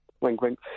wink-wink